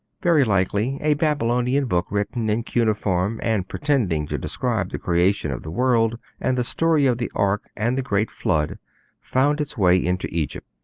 very likely a babylonian book written in cuneiform, and pretending to describe the creation of the world, and the story of the ark and the great flood found its way into egypt.